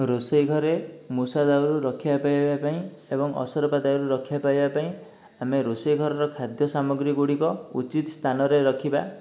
ରୋଷେଇ ଘରେ ମୂଷା ଦାଉରୁ ରକ୍ଷାପାଇବା ପାଇଁ ଏବଂ ଅସରପା ଦାଉରୁ ରକ୍ଷାପାଇବା ପାଇଁ ଆମେ ରୋଷେଇ ଘରର ଖାଦ୍ୟ ସାମଗ୍ରୀ ଗୁଡ଼ିକ ଉଚିତ ସ୍ଥାନରେ ରଖିବା